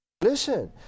listen